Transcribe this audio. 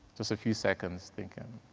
just a few seconds, think and